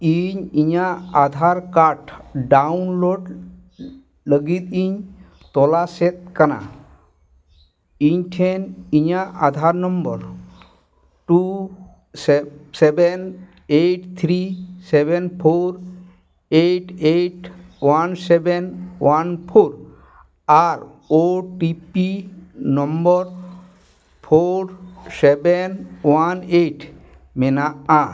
ᱤᱧ ᱤᱧᱟᱹᱜ ᱞᱟᱹᱜᱤᱫ ᱤᱧ ᱛᱚᱞᱟᱥᱮᱫ ᱠᱟᱱᱟ ᱤᱧ ᱴᱷᱮᱱ ᱤᱧᱟᱹᱜ two seven seven eight three seven four eight eight one seven one four ᱟᱨ ᱯᱷᱳᱨ ᱥᱮᱵᱷᱮᱱ ᱚᱣᱟᱱ ᱮᱭᱤᱴ ᱢᱮᱱᱟᱜᱼᱟ